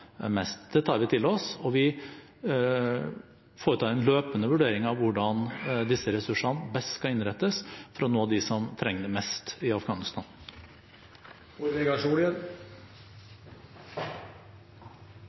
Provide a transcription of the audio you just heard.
mest. Det tar vi til oss, og vi foretar en løpende vurdering av hvordan disse ressursene best kan innrettes for å nå dem som trenger det mest i Afghanistan.